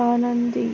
आनंदी